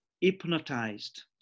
hypnotized